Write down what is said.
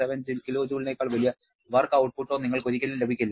7 kJ നേക്കാൾ വലിയ work ഔട്ട്പുട്ടോ നിങ്ങൾക്ക് ഒരിക്കലും ലഭിക്കില്ല